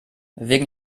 wegen